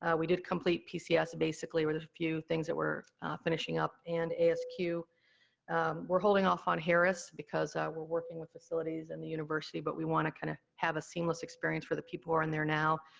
ah we did complete pcs basically, were the few things that we're finishing up, and asq. we're holding off on harris, because we're working with facilities and the university, but we want to kind of have a seamless experience for the people who are in there now.